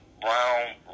brown